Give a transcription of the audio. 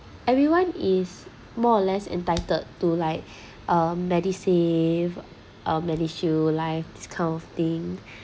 everyone is more or less entitled to like uh medisave uh medishield life this kind of thing